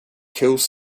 kills